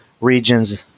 regions